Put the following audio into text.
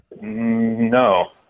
No